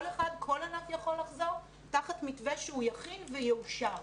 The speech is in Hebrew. ענף יכול לחזור תחת מתווה שהוא יכין ויאושר.